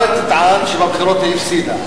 אתה תטען שבבחירות היא הפסידה.